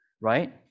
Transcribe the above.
right